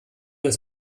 das